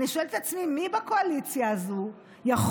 אני שואלת את עצמי מי בקואליציה הזו יכול